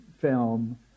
film